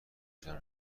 شدنم